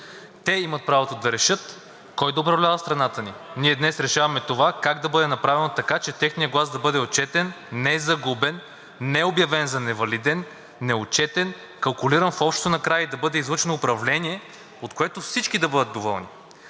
Те имат правото да решат кой да управлява страната ни. Ние днес решаваме това как да бъде направено така, че техният глас да бъде отчетен, не загубен, не обявен за невалиден, неотчетен, калкулиран в общото накрая и да бъде излъчено управление, от което всички да бъдат доволни.